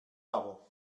aber